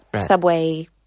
Subway